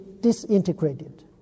disintegrated